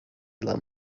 dla